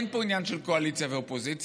אין פה עניין של קואליציה ואופוזיציה.